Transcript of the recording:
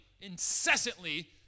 incessantly